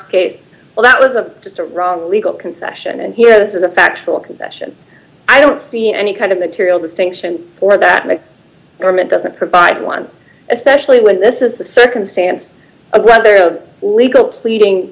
case well that was a just a wrong legal concession and here this is a factual confession i don't see any kind of material distinction or that makes norman doesn't provide one especially when this is the circumstance of whether legal pleading